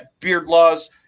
Beardlaws